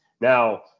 Now